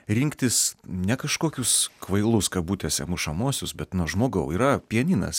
rinktis ne kažkokius kvailus kabutėse mušamuosius bet nu žmogau yra pianinas